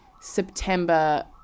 september